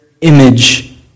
image